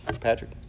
Patrick